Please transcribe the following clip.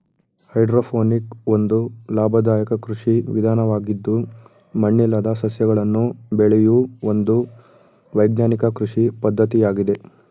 hydroponic ಒಂದು ಲಾಭದಾಯಕ ಕೃಷಿ ವಿಧಾನವಾಗಿದ್ದು ಮಣ್ಣಿಲ್ಲದೆ ಸಸ್ಯಗಳನ್ನು ಬೆಳೆಯೂ ಒಂದು ವೈಜ್ಞಾನಿಕ ಕೃಷಿ ಪದ್ಧತಿಯಾಗಿದೆ